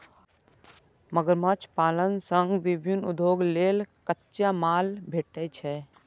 मगरमच्छ पालन सं विभिन्न उद्योग लेल कच्चा माल भेटै छै